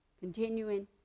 Continuing